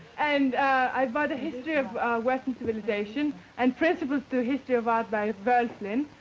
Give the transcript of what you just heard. and i bought the history of western civilization and principles to history of art by verslin.